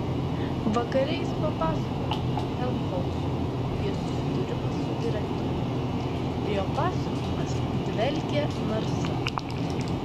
vakare jis papasakojo helmholcui apie susidūrimą su direktoriumi ir jo pasakojimas dvelkė narsa